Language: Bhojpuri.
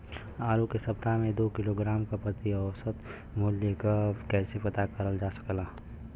आलू के सप्ताह में दो किलोग्राम क प्रति औसत मूल्य क कैसे पता करल जा सकेला?